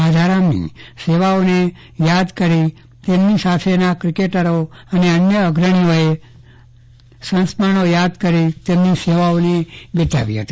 રાજારામની સેવાઓને યાદ કરી તેમનીસાથેના ક્રિકેટરો અને અન્ય અગ્રણીઓએ સંસ્મરણનો યાદ કરી સેવાઓને બિરદાવી હતી